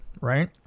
Right